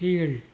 கீழ்